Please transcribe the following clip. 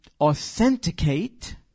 authenticate